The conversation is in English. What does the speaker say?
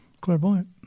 clairvoyant